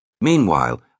Meanwhile